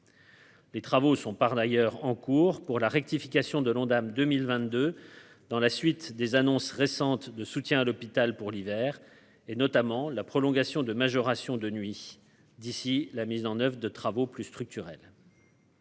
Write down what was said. Les travaux sont par ailleurs en cours pour la rectification de l'Ondam 2022 dans la suite des annonces récentes de soutien à l'hôpital pour l'hiver, et notamment la prolongation de majoration de nuit d'ici la mise en oeuvre de travaux plus structurelle.